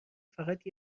فقط